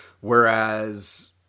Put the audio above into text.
Whereas